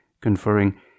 conferring